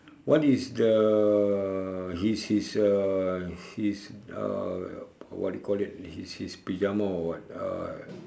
what is the his his uh his uh what you call it his his pajama or what uh